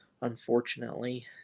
unfortunately